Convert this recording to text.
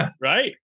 right